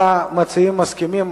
אם המציעים מסכימים,